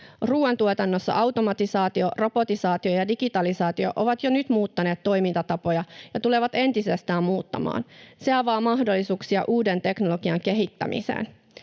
Ruoantuotannossa automatisaatio, robotisaatio ja digitalisaatio ovat jo nyt muuttaneet toimintatapoja ja tulevat entisestään muuttamaan. Se avaa mahdollisuuksia uuden teknologian kehittämiseen.